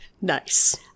Nice